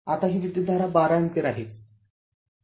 आता ही विद्युतधारा १२ अँपिअर आहे